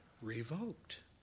Revoked